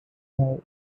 now